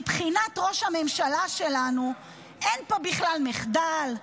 מבחינת ראש הממשלה שלנו אין פה בכלל מחדל,